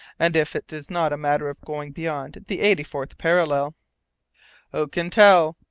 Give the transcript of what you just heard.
and if it is not a matter of going beyond the eighty-fourth parallel who can tell,